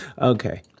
Okay